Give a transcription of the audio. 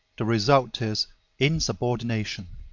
the result is insubordination.